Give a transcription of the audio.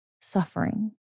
suffering